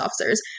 officers